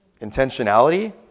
Intentionality